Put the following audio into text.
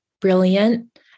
brilliant